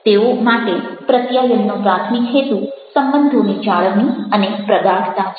તેઓ માટે પ્રત્યાયનનો પ્રાથમિક હેતુ સંબંધોની જાળવણી અને પ્રગાઢતા છે